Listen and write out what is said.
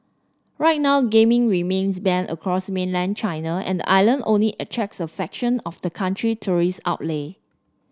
right now gaming remains banned across mainland China and island only attracts a fraction of the country tourism outlay